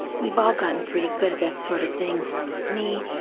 we've all gotten pretty good at that sort of thing me,